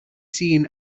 seen